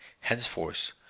henceforth